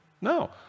No